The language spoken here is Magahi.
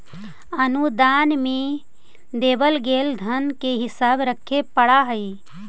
अनुदान में देवल गेल धन के हिसाब रखे पड़ा हई